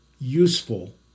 useful